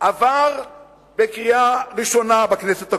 הוא עבר בקריאה הראשונה בכנסת הקודמת.